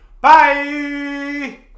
Bye